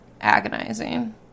agonizing